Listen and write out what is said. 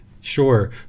Sure